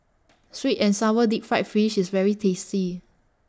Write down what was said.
Sweet and Sour Deep Fried Fish IS very tasty